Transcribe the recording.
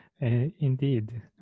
indeed